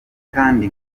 kandi